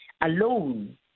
alone